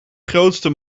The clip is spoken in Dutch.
grootste